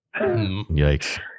Yikes